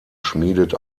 schmiedet